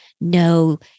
No